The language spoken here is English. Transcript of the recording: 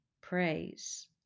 Praise